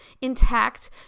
intact